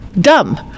dumb